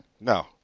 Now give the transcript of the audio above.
no